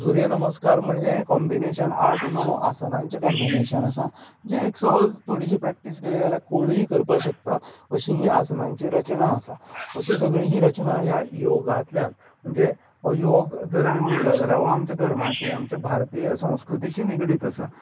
सुर्य नमस्कार म्हणजे हे कोब्मिनेशन आठ णव आसनांचे कोब्मिनेशन आसा जे एक सहज थोडीशी प्रेक्टीस केली जाल्यार कोणीय करपाक शकता अशीं ही आसनांची रचना आसा अशीं सगळीं ही रचना ह्या योगांतल्यान म्हणजे हो योग जर आमी म्हणलो आमच्या धर्माशी आमच्या भारताीय संस्कृतीशी निगडीत आसा